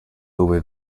dove